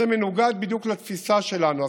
זה בדיוק מנוגד לתפיסה שלנו,